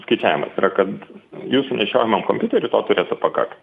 skaičiavimas yra kad jūsų nešiojamam kompiuteriui to turėtų pakakt